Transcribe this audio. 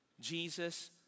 Jesus